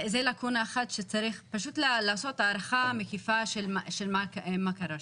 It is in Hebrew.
זו לקונה אחת שצריך פשוט לעשות הערכה מקיפה של מה קרה שם.